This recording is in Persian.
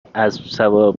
اسبسوار